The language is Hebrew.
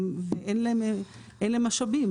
ואין להם משאבים.